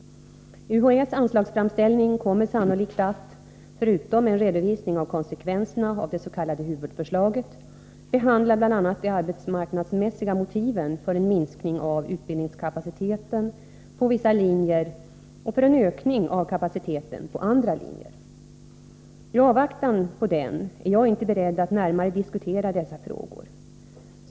UHÄ:s anslagsframställning kommer sannolikt att — förutom en redovisning av konsekvenserna av det s.k. huvudförslaget — behandla bl.a. de arbetsmarknadsmässiga motiven för en minskning av utbildningskapaciteten på vissa linjer och för en ökning av kapaciteten på andra linjer. I avvaktan på den är jag inte beredd att närmare diskutera dessa frågor.